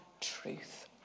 truth